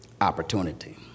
opportunity